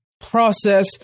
process